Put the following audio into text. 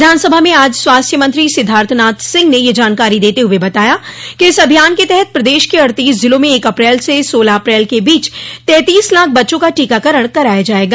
विधानसभा में आज स्वास्थ्य मंत्री सिद्धार्थ नाथ सिंह नेयह जानकारी देते हुए बताया कि इस अभियान के तहत प्रदेश के अड़तीस जिलों में एक अप्रैल से सोलह अप्रैल के बीच तैंतीस लाख बच्चों का टीकाकरण कराया जायेगा